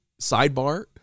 Sidebar